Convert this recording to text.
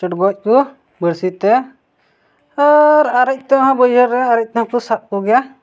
ᱪᱚᱰᱜᱚᱡ ᱠᱚ ᱵᱟᱺᱲᱥᱤᱛᱮ ᱟᱨ ᱟᱨᱮᱡᱛᱮ ᱦᱚᱸ ᱵᱟᱹᱭᱦᱟᱹᱲ ᱨᱮ ᱟᱨᱮᱡᱛᱮ ᱦᱚᱸ ᱠᱚ ᱥᱟᱵ ᱠᱚᱜᱮᱭᱟ